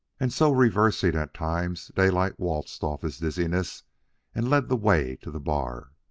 and so, reversing at times, daylight waltzed off his dizziness and led the way to the bar.